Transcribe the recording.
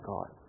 God